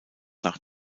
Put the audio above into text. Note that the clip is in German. nach